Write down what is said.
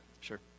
Sure